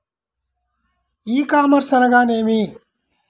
E commerce అనగానేమి?